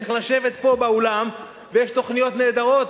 צריך לשבת פה באולם ויש תוכניות נהדרות